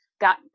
got